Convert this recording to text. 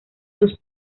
sus